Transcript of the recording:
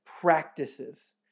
practices